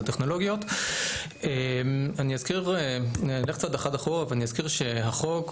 אחר כך